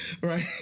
right